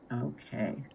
Okay